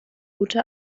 gute